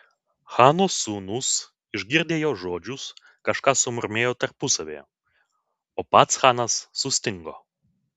chano sūnūs išgirdę jo žodžius kažką sumurmėjo tarpusavyje o pats chanas sustingo